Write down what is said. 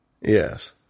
Yes